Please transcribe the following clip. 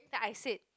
then I said